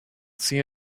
see